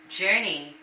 journey